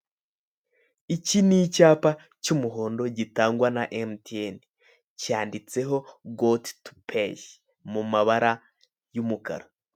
Iki ni icyapa cy'umuhondo gitangwa na Mtn. Cyanditseho goti tupeyi mu mabara y'umukara.